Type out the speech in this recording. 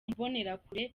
mbonerakure